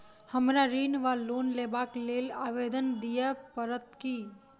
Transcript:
हमरा ऋण वा लोन लेबाक लेल आवेदन दिय पड़त की?